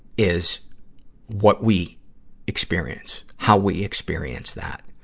is what we experience, how we experience that.